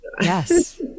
Yes